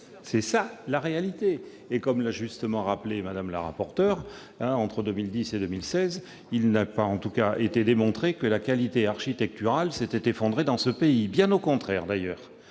d'architecte. Comme l'a justement rappelé Mme la rapporteur, entre 2010 et 2016, il n'a pas été démontré que la qualité architecturale s'est effondrée dans ce pays, bien au contraire d'ailleurs,